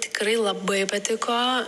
tikrai labai patiko